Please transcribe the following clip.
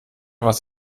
was